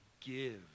give